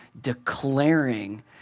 declaring